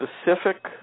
specific